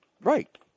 Right